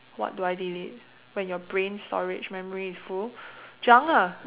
what do I delete when your brain storage memory is full junk ah